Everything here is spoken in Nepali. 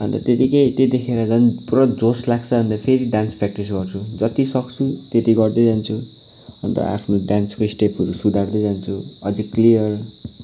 अन्त त्यतिकै त्यो देखेर झन् पुरा जोस लाग्छ अन्त फेरि डान्स प्र्याक्टिस गर्छु जति सक्छु त्यति गर्दै जान्छु अन्त आफ्नो डान्सको स्टेपहरू सुधार्दै जान्छु अझ क्लियर